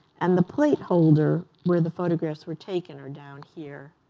and the plate holder where the photographs were taken are down here.